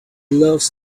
loves